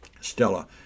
Stella